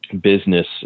business